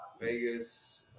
Vegas